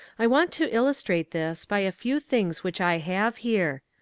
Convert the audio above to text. i want to illustrate this by a few things which i have here.